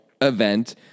event